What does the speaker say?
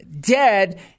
dead